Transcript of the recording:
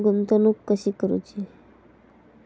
गुंतवणूक कशी करूची?